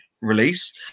release